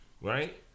right